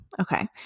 Okay